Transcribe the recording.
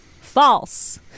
False